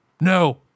no